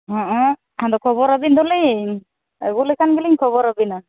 ᱦᱮᱸ ᱮᱱᱠᱷᱟᱱᱫᱚ ᱠᱷᱚᱵᱚᱨᱟᱵᱤᱱ ᱫᱚᱞᱤᱧ ᱟᱹᱜᱩ ᱞᱮᱠᱷᱟᱱ ᱜᱮᱞᱤᱧ ᱠᱷᱚᱵᱚᱨᱟᱵᱤᱱᱟ